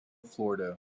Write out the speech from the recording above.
florida